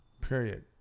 period